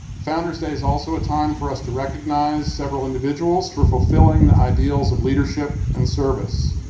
founders day is also a time for us to recognize several individuals for fulfilling the ideals of leadership and service.